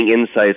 insights